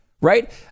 right